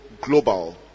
global